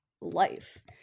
life